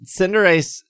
Cinderace